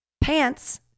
pants